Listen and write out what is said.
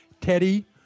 Teddy